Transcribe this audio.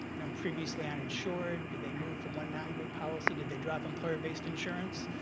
you know, previously uninsured? did they move from one non-group policy? did they drop employer-based insurance?